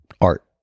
art